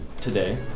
today